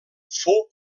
fou